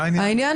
מה העניין?